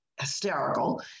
hysterical